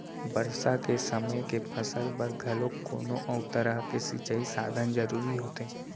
बरसा के समे के फसल बर घलोक कोनो अउ तरह के सिंचई साधन जरूरी होथे